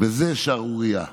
זאת שערורייה.